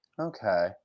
Okay